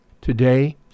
today